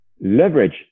leverage